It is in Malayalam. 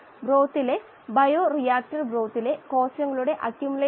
ൽ ഓരോ പദവും NA യ്ക്ക്സമംആയതിനാൽ നമുക്ക്